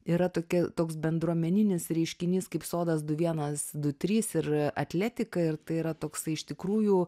yra tokia toks bendruomeninis reiškinys kaip sodas du vienas du trys ir atletika ir tai toksai iš tikrųjų